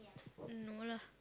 no lah